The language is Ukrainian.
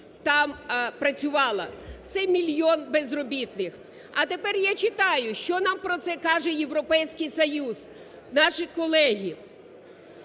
там працювало. Це мільйон безробітних. А тепер я читаю, що нам про це каже Європейський Союз, наші колеги.